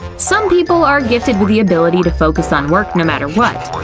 some people are gifted with the ability to focus on work no matter what,